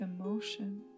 emotion